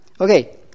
Okay